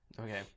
Okay